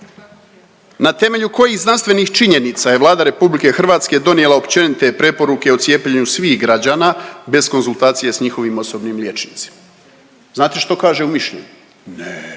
Na temelju kojih znanstvenih činjenica je Vlada Republike Hrvatske donijela općenite preporuke o cijepljenju svih građana bez konzultacije sa njihovim osobnim liječnicima? Znate što kaže u mišljenju?